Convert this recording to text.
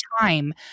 time